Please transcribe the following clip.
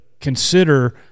consider